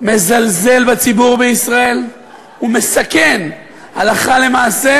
מזלזל בציבור בישראל ומסכן הלכה למעשה